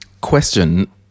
Question